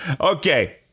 okay